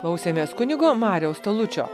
klausėmės kunigo mariaus talučio